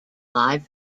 live